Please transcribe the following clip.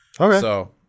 Okay